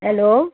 hello